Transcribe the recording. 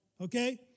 okay